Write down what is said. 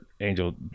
Angel